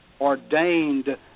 ordained